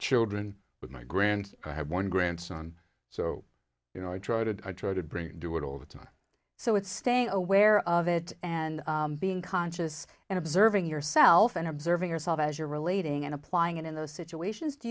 children with my grand i have one grandson so you know i try to i try to bring do it all the time so it's stay aware of it and being conscious and observing yourself and observing yourself as you're relating and applying it in those situations do